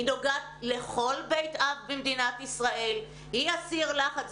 היא נוגעת לכל בית אב במדינת ישראל, היא הסיר לחץ.